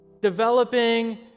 developing